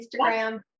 Instagram